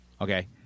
Okay